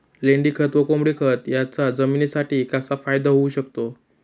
लेंडीखत व कोंबडीखत याचा जमिनीसाठी कसा फायदा होऊ शकतो?